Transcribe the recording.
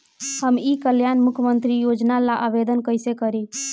हम ई कल्याण मुख्य्मंत्री योजना ला आवेदन कईसे करी?